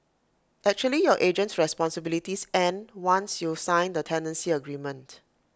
actually your agent's responsibilities end once you sign the tenancy agreement